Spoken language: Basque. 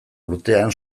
urtean